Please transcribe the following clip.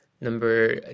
number